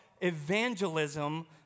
evangelism